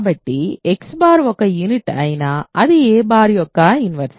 కాబట్టి x ఒక unit అయినా అది a యొక్క ఇన్వర్స్